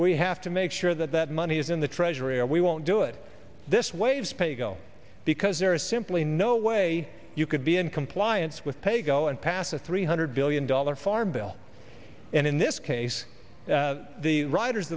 we have to make sure that that money is in the treasury or we won't do it this way of spago because there is simply no way you could be in compliance with pay go and pass a three hundred billion dollar farm bill and in this case the riders